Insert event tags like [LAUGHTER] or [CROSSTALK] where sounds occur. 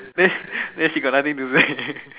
then she then she got nothing to write [LAUGHS]